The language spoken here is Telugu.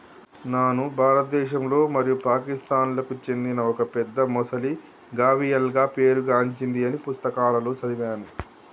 నాను భారతదేశంలో మరియు పాకిస్తాన్లకు చెందిన ఒక పెద్ద మొసలి గావియల్గా పేరు గాంచింది అని పుస్తకాలలో సదివాను